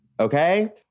Okay